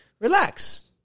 relax